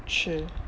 吃